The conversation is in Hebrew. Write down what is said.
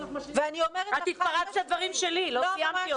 את התפרצת לדברים שלי, לא סיימתי אותם.